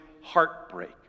heartbreak